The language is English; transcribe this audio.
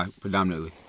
predominantly